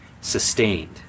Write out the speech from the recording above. sustained